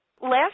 Last